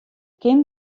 kin